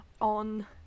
on